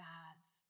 God's